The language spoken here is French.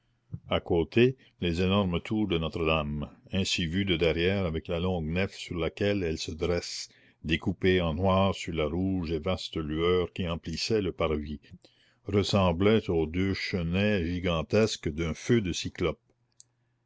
à côté les énormes tours de notre-dame ainsi vues de derrière avec la longue nef sur laquelle elles se dressent découpées en noir sur la rouge et vaste lueur qui emplissait le parvis ressemblaient aux deux chenets gigantesques d'un feu de cyclopes